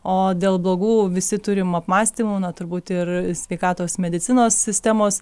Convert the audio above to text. o dėl blogų visi turim apmąstymų na turbūt ir sveikatos medicinos sistemos